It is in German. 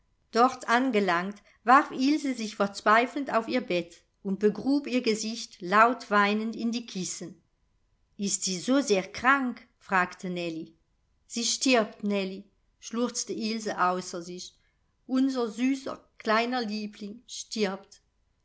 dort angelangt warf ilse sich verzweifelnd auf ihr bett und begrub ihr gesicht laut weinend in die kissen ist sie so sehr krank fragte nellie sie stirbt nellie schluchzte ilse außer sich unser süßer kleiner liebling stirbt